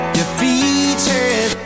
defeated